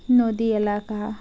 নদী এলাকা